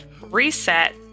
reset